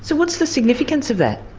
so what is the significance of that?